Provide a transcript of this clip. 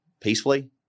peacefully